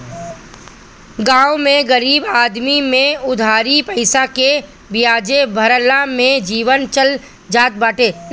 गांव में गरीब आदमी में उधारी पईसा के बियाजे भरला में जीवन चल जात बाटे